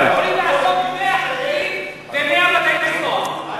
והיא תחליט באיזו ועדה יידון הנושא הזה.